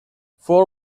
for